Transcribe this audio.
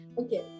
Okay